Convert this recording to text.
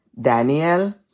Daniel